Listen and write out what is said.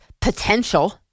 potential